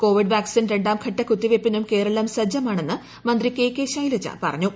Covid vaccine രണ്ടാംഘട്ട കുത്തിവെപ്പിനും കേരളം സജ്ജമാണെന്ന് മന്ത്രി കെകെ ശൈലജ പറഞ്ഞു